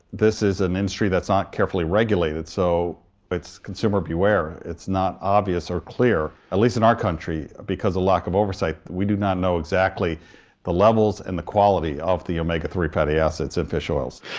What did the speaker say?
this is an industry that's not carefully regulated, so but it's consumer beware. it's not obvious or clear, at least in our country because of a lack of oversight, we do not know exactly the levels and the quality of the omega three fatty acids in fish oils.